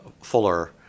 fuller